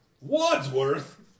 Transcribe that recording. Wadsworth